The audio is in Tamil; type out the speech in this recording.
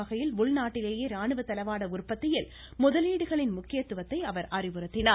வகையில் உள்நாட்டிலேயே ராணுவ தளவாட உற்பத்தியில் முதலீடுகளின் முக்கியத்துவத்தை அவர் அறிவுறுத்தினார்